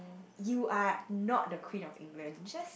you are not the Queen of England just